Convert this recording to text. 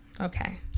Okay